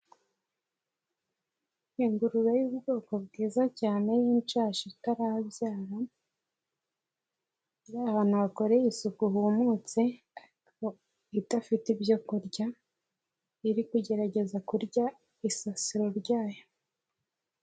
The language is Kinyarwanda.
Ingurube y'ubwoko bwiza cyane y'inshashi itarabyara, iri abantu bakoreye isuku humutse ariko idafite ibyo kurya, iri kugerageza kurya isasiro ryayo.